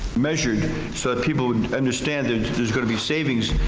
measured so that people would understand, there's gonna be savings,